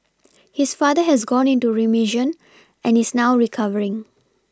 his father has gone into reMission and is now recovering